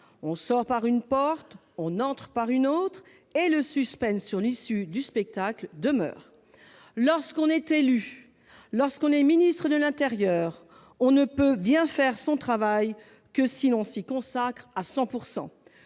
on sort par une porte, on entre par une autre, et le suspense sur l'issue du spectacle demeure ... Lorsqu'on est élu, lorsqu'on est ministre de l'intérieur, on ne peut bien faire son travail que si l'on s'y consacre à 100